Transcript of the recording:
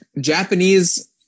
Japanese